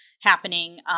happening